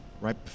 right